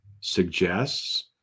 suggests